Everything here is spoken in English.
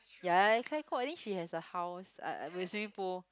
ya I think she has a house uh with swimming pool